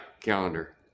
calendar